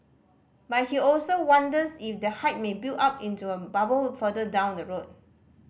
but he also wonders if the hype may build up into a bubble further down the road